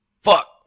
fuck